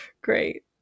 great